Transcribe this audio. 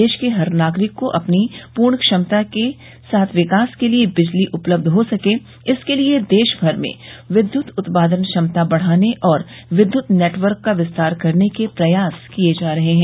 देश के हर नागरिक को अपनी पूर्ण क्षमता के विकास के लिए बिजली उपलब्ध हो सके इसके लिए देशभर में विद्युत उत्पादन क्षमता बढ़ाने और विद्युत नेटवर्क का विस्तार करने के प्रयास किये जा रहे हैं